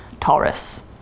taurus